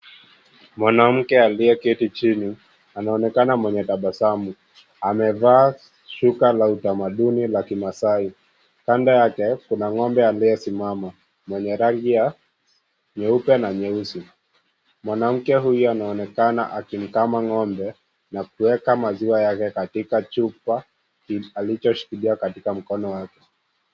Mwanamke aliyeketi chini. Anaonekana mwenye tabasamu. Amevaa shuka la utamaduni la Kimasai. Kando yake kuna ng'ombe aliyesimama mwenye rangi ya nyeupe na nyeusi. Mwanamke huyu anaonekana akimkama ng'ombe na kuweka maziwa yake katika chupa alichoshikilia katika mkono wake.